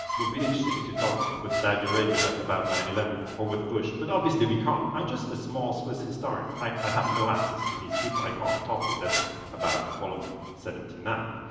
would be interesting to talk with saudi arabia but about nine eleven, or with bush. but obviously we can't. i'm just a small swiss historian, i have no access to these people. i can't talk with them about column seventy nine.